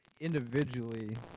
Individually